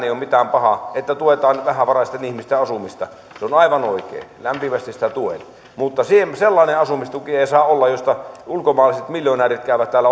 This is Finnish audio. ei ole mitään pahaa siinä että tuetaan vähävaraisten ihmisten asumista se on aivan oikein lämpimästi sitä tuen mutta sellainen asumistuki ei saa olla josta ulkomaiset miljonäärit käyvät täällä